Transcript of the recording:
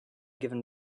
given